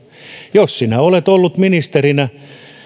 jos sinä olet ollut ministerinä